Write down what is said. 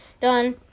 done